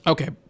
Okay